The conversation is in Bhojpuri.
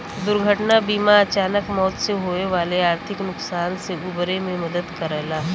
दुर्घटना बीमा अचानक मौत से होये वाले आर्थिक नुकसान से उबरे में मदद करला